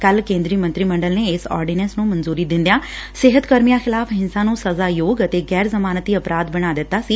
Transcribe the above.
ਕੱਲ ਕੇਂਦਰੀ ਮੰਤਰੀ ਮੰਡਲ ਨੇ ਇਸ ਅਰਡੀਨੈਂਸ ਨੂੰ ਮਨਜੁਰੀ ਦਿੰਦਿਆਂ ਸਿਹਤ ਕਰਮੀਆਂ ਖਿਲਾਫ਼ ਹਿੰਸਾ ਨੂੰ ਸਜ਼ਾ ਯੋਗ ਅਤੇ ਗੈਰ ਜ਼ਮਾਨਤੀ ਅਪਰਾਧ ਬਣਾ ਦਿਤਾ ਸੀ